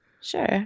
Sure